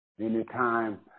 Anytime